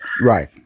Right